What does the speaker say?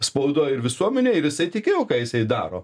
spaudoj ir visuomenėj ir jisai tikėjo ką jisai daro